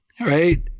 right